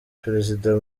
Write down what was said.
perezida